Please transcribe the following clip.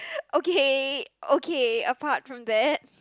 okay okay apart from that